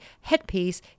headpiece